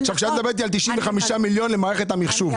את מדברת איתי על 95 מיליון למערכת המחשוב.